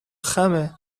خمه